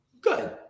Good